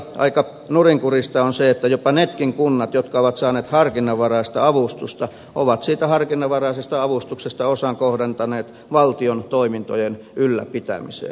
aika nurinkurista on se että jopa nekin kunnat jotka ovat saaneet harkinnanvaraista avustusta ovat siitä harkinnanvaraisesta avustuksesta osan kohdentaneet valtion toimintojen ylläpitämiseen